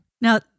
Now